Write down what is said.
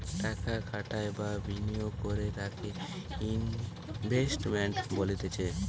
টাকা খাটাই বা বিনিয়োগ করে তাকে ইনভেস্টমেন্ট বলতিছে